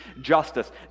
justice